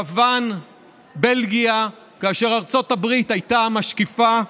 יוון, בלגיה, וארצות הברית הייתה המשקיפה,